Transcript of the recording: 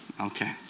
Okay